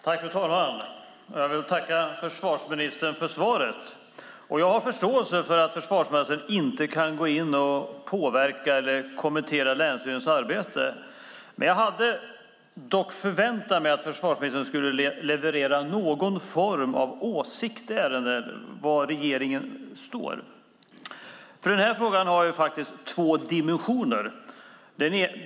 Fru talman! Jag vill tacka försvarsministern för svaret. Jag har förståelse för att försvarsministern inte kan gå in och påverka eller kommentera länsstyrelsens arbete, men jag hade ändå förväntat mig att försvarsministern skulle leverera någon form av åsikt i ärendet och meddela var regeringen står. Den här frågan har två dimensioner.